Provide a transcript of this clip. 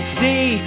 see